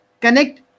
connect